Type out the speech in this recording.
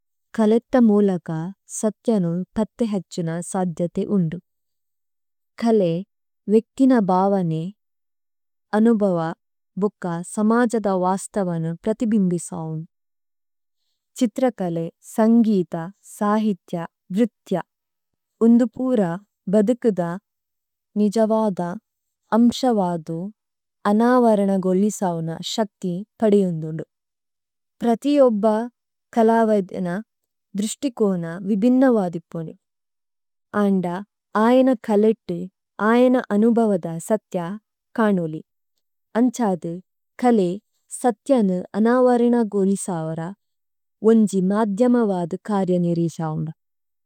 കലടതമംലകാ സതയനം പതതിഹചചണാ സാധയതഇ ഉണദം। കലടതമംലകാ സതയനം പതതിഹചചണാ സാധയതഇ ഉണദം। ചിതരകല, സങഗിദ, സാഹിതയ, വരിതയ, ഉണദം പംരാ, ബദികദ, നിജവാദ, അംഷവാദ, അനാവരണഗളിസാഓന ശകതി പഡി� അംചാദ, കലഇ, സതിയന, അനാവരണഗളിസാഓര, ഈജി മാധിയമാവാദ കാരിയനിരിസാഓമ।